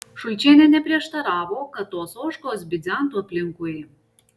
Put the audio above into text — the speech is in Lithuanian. šulčienė neprieštaravo kad tos ožkos bidzentų aplinkui